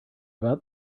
about